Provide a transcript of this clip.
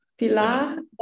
Pilar